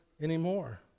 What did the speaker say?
anymore